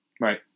Right